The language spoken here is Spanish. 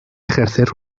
ejercer